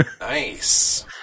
Nice